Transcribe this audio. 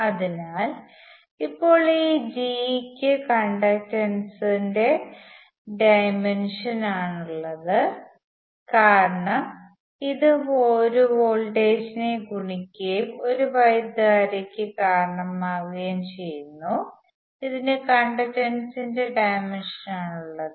അതിനാൽ ഇപ്പോൾ ഈ G ക്ക് കണ്ടക്ടൻസ് ഇന്റെ ഡൈമെൻഷൻ ആണ് ഉള്ളത് കാരണം ഇത് ഒരു വോൾട്ടേജിനെ ഗുണിക്കുകയും ഒരു വൈദ്യുതധാരയ്ക്ക് കാരണമാവുകയും ചെയ്യുന്നു ഇതിന് കണ്ടക്ടൻസ് ഇന്റെ ഡൈമെൻഷൻ ആണ് ഉള്ളത്